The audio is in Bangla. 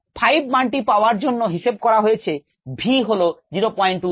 5 মানটি পাবার জন্য হিসেব করা হয়েছে v হল 023